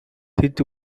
тэд